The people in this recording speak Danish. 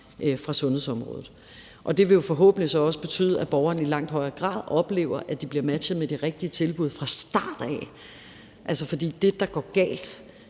fra sundhedsområdet. Det vil jo forhåbentlig så også betyde, at borgerne i langt højere grad oplever, at de bliver matchet med det rigtige tilbud fra start af. Altså, for det, der går galt